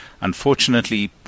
Unfortunately